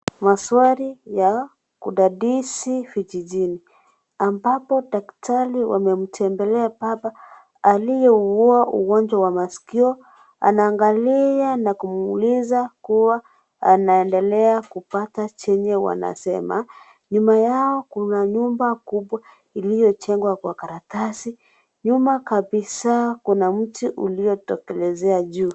Maswali ya kudadisi vijijini ambapo dakari wamemtembelea baba aliyeugua wa masikio Anaangalia na kumuuliza kuwa anaendelea kupata chenye wanasema. Nyuma yao kuna nyumba kubwa iliyojengwa kwa karatasi. Nyuma kabisa kuna mti uliotokelezea juu.